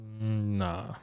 Nah